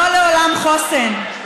לא לעולם חוסן.